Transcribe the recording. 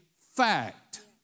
fact